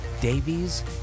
davies